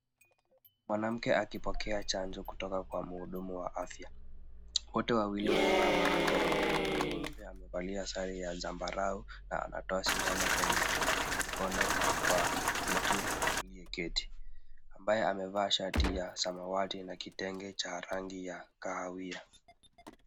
Mwanamke akipokea chanjo kutoka kwa mhudumu wa afya, wote wawili wamevaa barakoa. Mhudumu wa afya amevalia sare ya zambarau na anatoa shindano kwenye mkono wa mtu aliyeketi ambaye amevaa shati ya samawati na kitenge cha rangi ya kahawia.